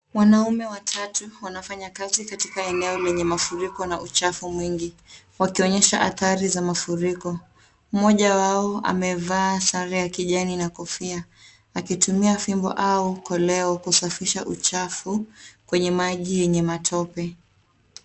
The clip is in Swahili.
Wanaume watatu wanafanya kazi katika eneo lenye mafuriko na uchafu mwingi, wakionyesha athari za mafuriko. Mmoja wao amevaa sare ya kijani na kofia akitumia fimbo au koleo kusafisha uchafu kwenye maji yenye matope.